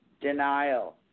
denial